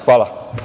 Hvala.